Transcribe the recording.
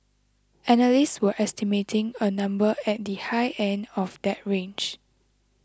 analysts were estimating a number at the high end of that range